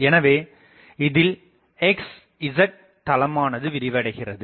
எனவே இதில் x z தளமானது விரிவடைகிறது